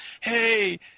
hey –